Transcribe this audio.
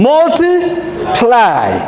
Multiply